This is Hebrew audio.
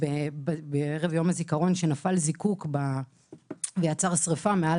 בערב יום הזיכרון כשנפל זיקוק ויצר שריפה מעל